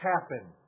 happen